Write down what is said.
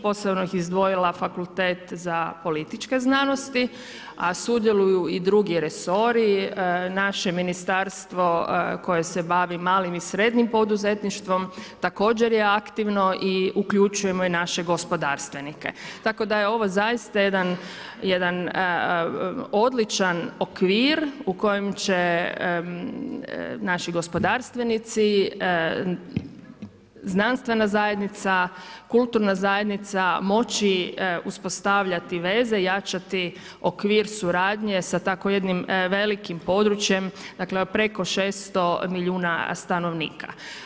Posebno bi izdvojila Fakultet za političke znanosti, a sudjeluju i drugi resori, naše ministarstvo koje se bavi malim i srednjim poduzetništvom, također je aktivno i uključujemo i naše gospodarstvenike, tako da je ovo zaista jedan jedan odličan okvir u kojem će naši gospodarstvenici, znanstvena zajednica, kulturna zajednica moći uspostavljati veze, jačati okvir suradnje sa tako jednim velikim područje, dakle preko 600 milijuna stanovnika.